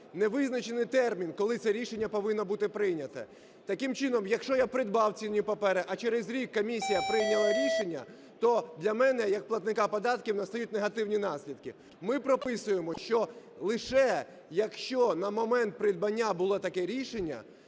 не визначений термін, коли це рішення повинно бути прийняте. Таким чином, якщо я придбав цінні папери, а через рік комісія прийняла рішення, то для мене як платника податків настають негативні наслідки. Ми прописуємо, що лише, якщо на момент придбання було таке рішення,